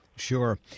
Sure